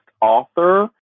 author